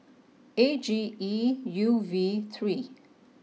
A G E U V three